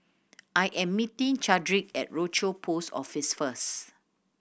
I am meeting Chadrick at Rochor Post Office first